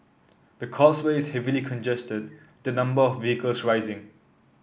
the causeway is heavily congested the number of vehicles rising